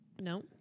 No